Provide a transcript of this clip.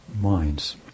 minds